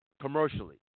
commercially